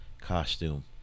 costume